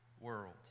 world